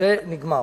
זה נגמר.